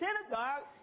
synagogue